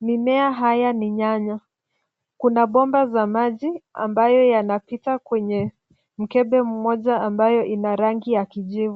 Mimea haya ni nyanya. Kuna mabomba ya maji yanapita kwenye mkebe mmoja ambayo ina rangi ya kijivu.